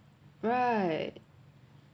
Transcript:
right